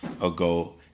ago